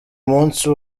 munsi